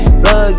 blood